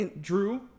Drew